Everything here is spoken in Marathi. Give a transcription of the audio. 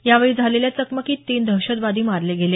यावेळी झालेल्या चकमकीत तीन दहशतवादी मारले गेले